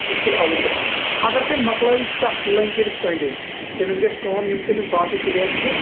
سُہ چھُ تیٚلہِ اَوُٹ گژھان اَگر تٔمۍ مۄکلٲوۍ سَتھ لٔنٛگۍ کٔرِتھ أنٛدۍ أنٛدۍ تٔمِس گژھِ کٲم یِم تٔمَس باقی پِلیر چھِ